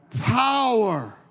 power